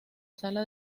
sala